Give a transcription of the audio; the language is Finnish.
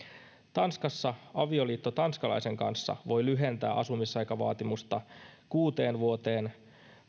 tanskassa avioliitto tanskalaisen kanssa voi lyhentää asumisaikavaatimusta kuuteen vuoteen